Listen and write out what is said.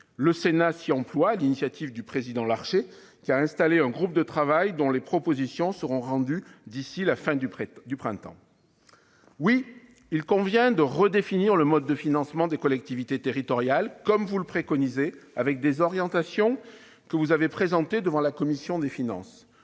Le Sénat s'y emploie, sur l'initiative du président Larcher, qui a mis en place un groupe de travail dont les propositions seront rendues d'ici à la fin du printemps. Oui, il convient de redéfinir le mode de financement des collectivités territoriales comme vous le préconisez. Vous avez présenté à cette fin des orientations devant notre commission des finances.